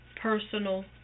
personal